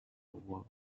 world